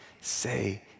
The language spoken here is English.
Say